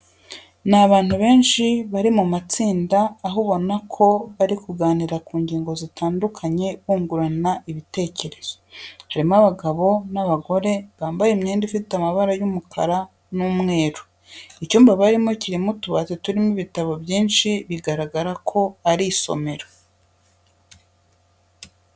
Ni abantu bari mu matsinda aho ubona ko bari kuganira ku ngingo zitandukanye bungurana ibitekerezo. Harimo abagabo n'abagore bambaye imyenda ifite amabara y'umukara, umweru. Icyumba barimo kirimo utubati turimo ibitabo byinshi bigaragara ko ari isomero.